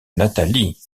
nathalie